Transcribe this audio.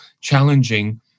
challenging